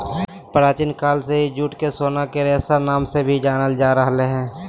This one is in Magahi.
प्राचीन काल से ही जूट के सोना के रेशा नाम से भी जानल जा रहल हय